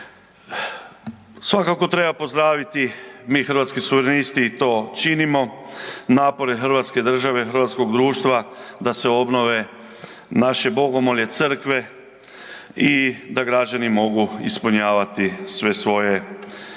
Svakako treba pozdraviti mi Hrvatski suverenisti i to činimo, napore hrvatske države, hrvatskog društva da se obnove naše bomoglje, crkve i da građani mogu ispunjavati sve svoje vjerske